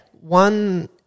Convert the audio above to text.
One